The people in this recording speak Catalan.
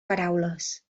paraules